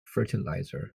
fertilizer